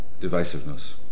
divisiveness